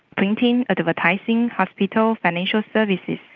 printing, advertising, hospitals, financial services,